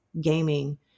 gaming